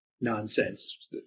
nonsense